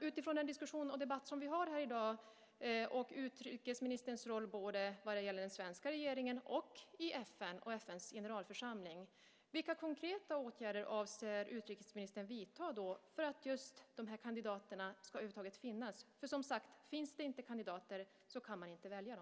Utifrån den diskussion och debatt vi har i dag, och utrikesministerns roll både vad gäller den svenska regeringen och i FN och FN:s generalförsamling, vilka konkreta åtgärder avser utrikesministern att vidta för att dessa kandidater över huvud taget ska finnas? Finns det inte kandidater kan de inte väljas.